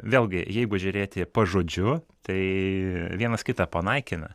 vėlgi jeigu žiūrėti pažodžiu tai vienas kitą panaikina